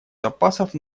запасов